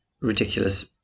ridiculous